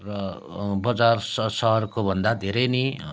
र बजार सह सहरको भन्दा धेरै नै